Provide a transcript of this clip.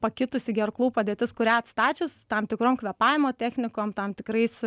pakitusi gerklų padėtis kurią atstačius tam tikrom kvėpavimo technikom tam tikrais